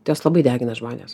tai jos labai degina žmones